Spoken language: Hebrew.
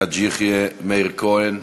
חאג' יחיא, מאיר כהן,